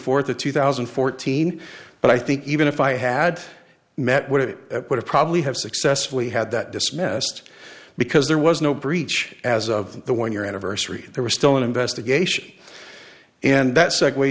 fourth of two thousand and fourteen but i think even if i had met would it would probably have successfully had that dismissed because there was no breach as of the one year anniversary there was still an investigation and that segue